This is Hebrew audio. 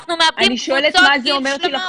אנחנו מאבדים קבוצות גיל שלמות.